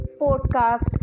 podcast